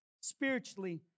spiritually